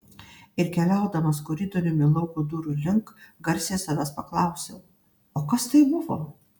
ir keliaudamas koridoriumi lauko durų link garsiai savęs paklausiau o kas tai buvo